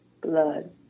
blood